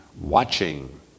watching